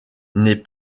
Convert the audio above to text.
n’est